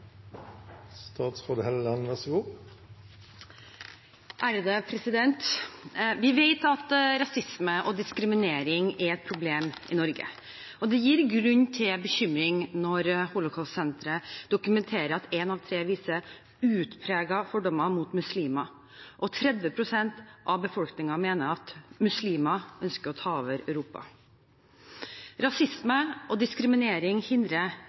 et problem i Norge. Det gir grunn til bekymring når Holocaust-senteret dokumenterer at en av tre viser utpregede fordommer mot muslimer og 30 pst. av befolkningen mener at muslimer ønsker å ta over Europa. Rasisme og diskriminering hindrer